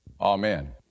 Amen